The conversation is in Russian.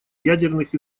ядерных